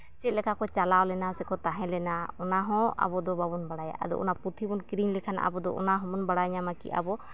ᱪᱮᱫᱞᱮᱠᱟ ᱠᱚ ᱪᱟᱞᱟᱣ ᱞᱮᱱᱟ ᱥᱮᱠᱚ ᱛᱟᱦᱮᱸᱞᱮᱱᱟ ᱚᱱᱟᱦᱚᱸ ᱟᱵᱚ ᱫᱚ ᱵᱟᱵᱚᱱ ᱵᱟᱲᱟᱭᱟ ᱟᱫᱚ ᱚᱱᱟ ᱯᱩᱛᱷᱤ ᱵᱚᱱ ᱠᱤᱨᱤᱧ ᱞᱮᱠᱷᱟᱱ ᱟᱵᱚ ᱫᱚ ᱚᱱᱟ ᱦᱚᱸᱵᱚᱱ ᱵᱟᱲᱟᱭ ᱧᱟᱢᱟ ᱠᱤ ᱟᱵᱚ